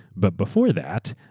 but before that,